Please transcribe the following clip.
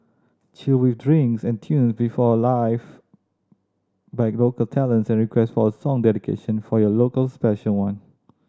chill with drinks and tune performed live by local talents and request for a song dedication for your local special one